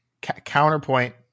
counterpoint